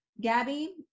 gabby